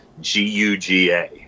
G-U-G-A